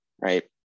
right